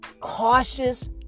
cautious